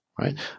right